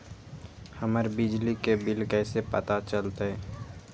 हमर बिजली के बिल कैसे पता चलतै?